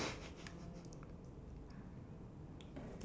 whichever your heart goes to